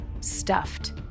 stuffed